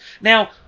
Now